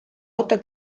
auto